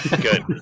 Good